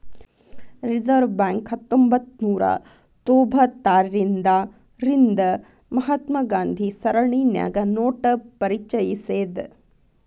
reserve bank ಹತ್ತೊಂಭತ್ನೂರಾ ತೊಭತಾರ್ರಿಂದಾ ರಿಂದ ಮಹಾತ್ಮ ಗಾಂಧಿ ಸರಣಿನ್ಯಾಗ ನೋಟ ಪರಿಚಯಿಸೇದ್